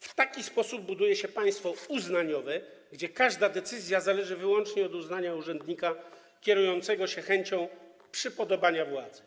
W taki sposób buduje się państwo uznaniowe, gdzie każda decyzja zależy wyłącznie od uznania urzędnika kierującego się chęcią przypodobania władzy.